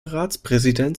ratspräsident